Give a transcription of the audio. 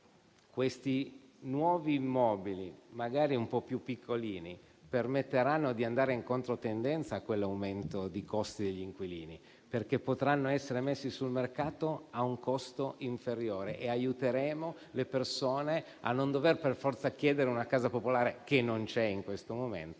Questi nuovi immobili, magari un po' più piccoli, permetteranno di andare in controtendenza rispetto all'aumento dei costi per gli inquilini, perché potranno essere messi sul mercato a un costo inferiore. Aiuteremo, così, le persone a non dover necessariamente presentare richiesta per una casa popolare, che non c'è in questo momento,